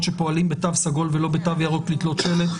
שפועלים בתו סגול ולא בתו ירוק לתלות שלט,